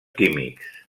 químics